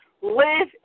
live